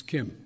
Kim